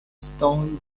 stone